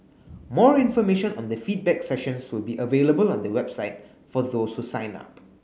more information on the feedback sessions will be available on the website for those who sign up